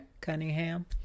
Cunningham